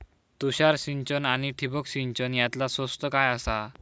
तुषार सिंचन आनी ठिबक सिंचन यातला स्वस्त काय आसा?